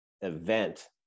event